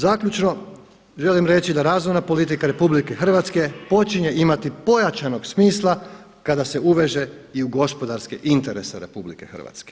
Zaključno, želim reći da razvojna politika RH počinje imati pojačanog smisla kada se uveže i u gospodarske interese RH.